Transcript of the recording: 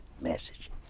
message